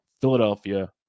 Philadelphia